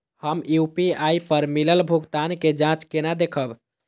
हम यू.पी.आई पर मिलल भुगतान के जाँच केना देखब?